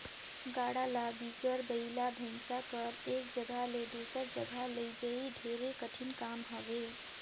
गाड़ा ल बिगर बइला भइसा कर एक जगहा ले दूसर जगहा लइजई ढेरे कठिन काम हवे